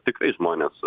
tikrai žmonės